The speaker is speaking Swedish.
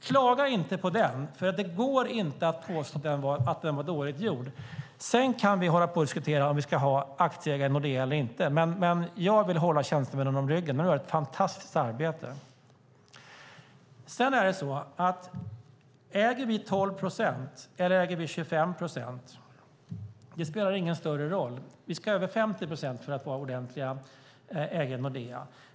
Klaga inte på den, för det går inte att påstå att den var dåligt gjord! Vi kan hålla på och diskutera om vi ska ha aktieägare i Nordea eller inte, men jag vill hålla tjänstemännen om ryggen. De gör ett fantastiskt arbete. Det spelar ingen större roll om vi äger 12 procent eller 25 procent. Vi ska över 50 procent för att vara ordentliga ägare i Nordea.